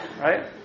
Right